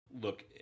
look